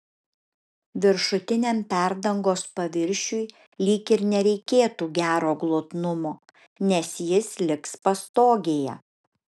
viršutiniam perdangos paviršiui lyg ir nereikėtų gero glotnumo nes jis liks pastogėje